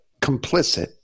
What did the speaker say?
Complicit